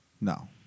No